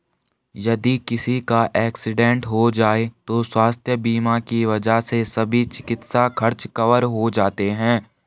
यदि किसी का एक्सीडेंट हो जाए तो स्वास्थ्य बीमा की वजह से सभी चिकित्सा खर्च कवर हो जाते हैं